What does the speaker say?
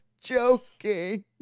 joking